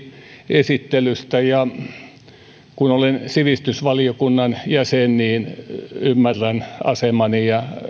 esittelystä kun olen sivistysvaliokunnan jäsen niin ymmärrän asemani ja